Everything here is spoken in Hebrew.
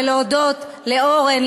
ורצוני להודות לאורן,